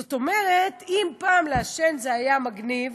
זאת אומרת, אם פעם לעשן זה היה מגניב